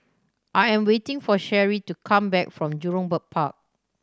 I am waiting for Sherry to come back from Jurong Bird Park